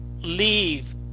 leave